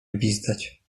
gwizdać